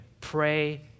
pray